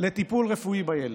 לטיפול רפואי בילד.